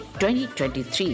2023